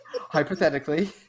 Hypothetically